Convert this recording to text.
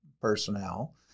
personnel